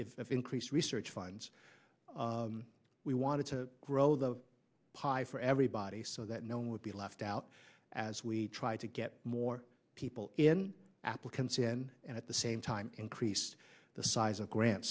if increased research funds we wanted to grow the pie for everybody so that no one would be left out as we try to get more people in applicants again and at the same time increased the size of grant